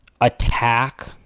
attack